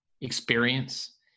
experience